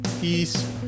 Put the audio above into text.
peace